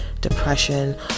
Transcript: depression